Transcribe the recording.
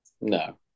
No